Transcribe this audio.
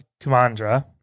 Kumandra